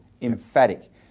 emphatic